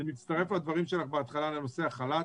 אני מצטרף לדברים שלך בהתחלה לנושא החל"ת.